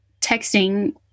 texting